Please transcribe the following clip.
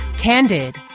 Candid